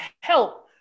help